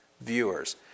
viewers